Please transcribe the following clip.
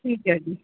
ਠੀਕ ਹੈ ਜੀ